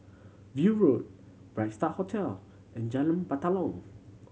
View Road Bright Star Hotel and Jalan Batalong